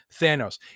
Thanos